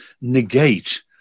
negate